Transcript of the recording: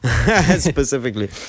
specifically